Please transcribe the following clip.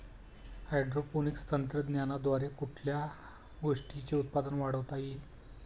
Hydroponics तंत्रज्ञानाद्वारे कुठल्या गोष्टीचे उत्पादन वाढवता येईल?